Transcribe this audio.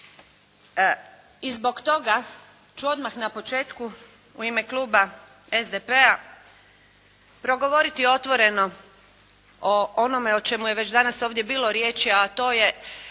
I zbog toga ću odmah na početku u ime kluba SDP-a progovoriti otvoreno o onome o čemu je već danas ovdje bilo riječi, a to je